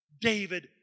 David